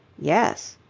yes.